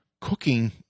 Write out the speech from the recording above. cooking